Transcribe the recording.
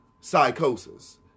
psychosis